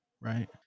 right